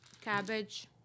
Cabbage